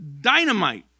dynamite